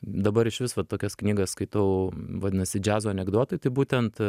dabar išvis vat tokias knygas skaitau vadinasi džiazo anekdotai tai būtent